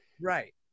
Right